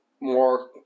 more